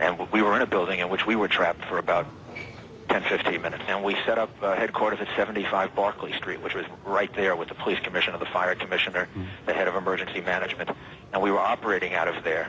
and we were in a building in which we were trapped for about fifteen minutes and we set up headquarters at seventy five barclay street which was right there with the police commissioner the fire commissioner the head of emergency management and we were operating out of there